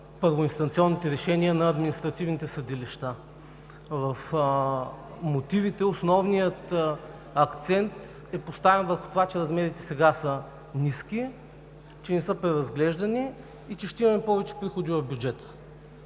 първоинстанционните решения на административните съдилища. В мотивите основният акцент е поставен върху това, че размерите сега са ниски, че не са преразглеждани и че ще имаме повече приходи в бюджета.